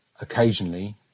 occasionally